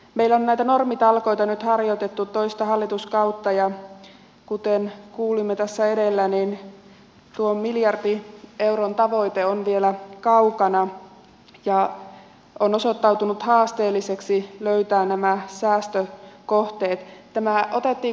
meillä on näitä normitalkoita nyt harjoitettu toista hallituskautta ja kuten kuulimme tässä edellä tuo miljardin euron tavoite on vielä kaukana ja on osoittautunut haasteelliseksi löytää nämä säästökohteet